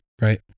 Right